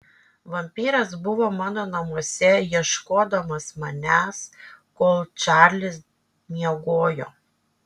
vampyras buvo mano namuose ieškodamas manęs kol čarlis miegojo